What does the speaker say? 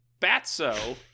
batso